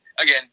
Again